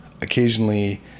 occasionally